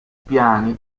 piani